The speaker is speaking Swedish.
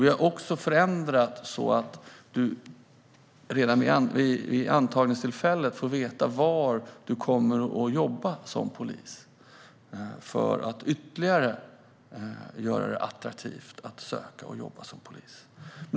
Vi har också förändrat så att man redan vid antagningstillfället får veta var man kommer att jobba för att göra det ännu mer attraktivt att söka och jobba som polis.